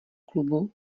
klubu